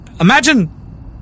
imagine